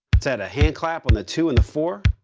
let's add a handclap on the two and the four